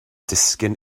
disgyn